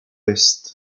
est